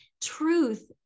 truth